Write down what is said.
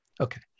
okay